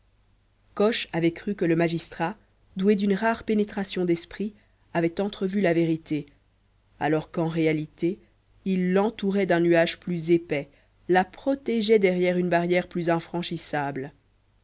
coche avait cru que le magistrat doué d'une rare pénétration d'esprit avait entrevu la vérité alors qu'en réalité il l'entourait d'un nuage plus épais la protégeait derrière une barrière plus infranchissable